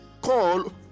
call